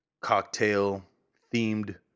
cocktail-themed